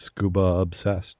scubaobsessed